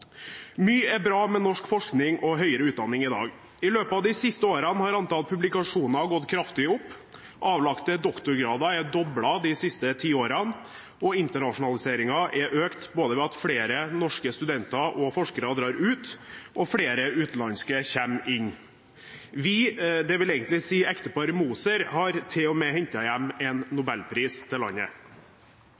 Mye er bra med norsk forskning og høyere utdanning i dag. I løpet av de siste årene har antall publikasjoner gått kraftig opp, avlagte doktorgrader er doblet de siste ti årene, og internasjonaliseringen er økt både ved at flere norske studenter og forskere drar ut, og ved at flere utenlandske kommer inn. Vi, det vil egentlig si ekteparet Moser, har til og med hentet hjem en nobelpris til landet.